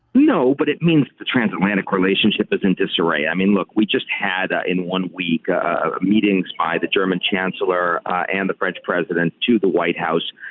no, but it means the trans-atlantic relationship is in disarray. i mean, look we just had ah in one week ah meetings by the german chancellor ah and the french president to the white house.